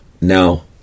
Now